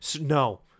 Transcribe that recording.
no